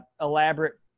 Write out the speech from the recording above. elaborate